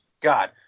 God